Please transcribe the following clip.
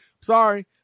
sorry –